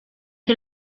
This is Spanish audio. que